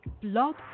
blog